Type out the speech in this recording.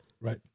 Right